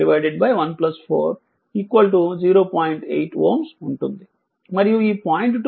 8 Ω ఉంటుంది మరియు ఈ 0